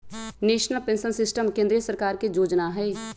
national pension system केंद्रीय सरकार के जोजना हइ